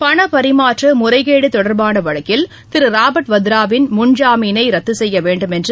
பணபரிமாற்ற முறைகேடு தொடர்பான வழக்கில் திரு ராபர்ட் வாத்ரா வின் முன்ஜாமீனை ரத்து செய்ய வேண்டுமென்று